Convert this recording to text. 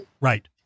Right